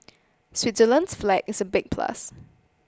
Switzerland's flag is a big plus